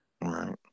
Right